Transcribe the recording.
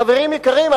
חברים יקרים,